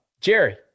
Jerry